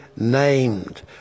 Named